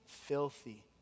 Filthy